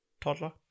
Toddler